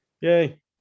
Yay